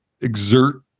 exert